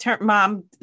mom